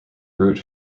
route